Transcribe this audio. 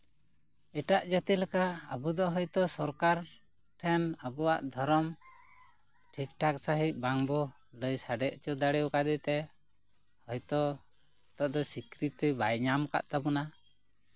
ᱮᱴᱟᱜ ᱡᱟᱹᱛᱤ ᱞᱮᱠᱟ ᱟᱵᱚ ᱫᱚ ᱦᱳᱭᱛᱳ ᱥᱚᱨᱠᱟᱨ ᱴᱷᱮᱱ ᱟᱵᱚᱣᱟᱜ ᱫᱷᱚᱨᱚᱢ ᱴᱷᱤᱠᱼᱴᱷᱟᱠ ᱥᱟᱺᱦᱤᱡ ᱵᱟᱝ ᱵᱚ ᱞᱟᱹᱭ ᱥᱟᱰᱮ ᱦᱚᱪᱚ ᱫᱟᱲᱮ ᱠᱟᱣᱫᱮ ᱛᱮ ᱦᱳᱭᱛᱳ ᱛᱚ ᱱᱤᱛᱳᱜ ᱫᱚ ᱥᱤᱠᱨᱤᱛᱤ ᱵᱟᱭ ᱧᱟᱢ ᱟᱠᱟᱫ ᱛᱟᱵᱚᱱᱟ